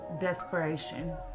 Desperation